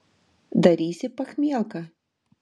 darysi pachmielką